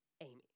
Amy